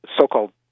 so-called